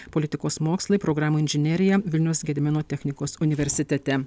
politikos mokslai programų inžinerija vilniaus gedimino technikos universitete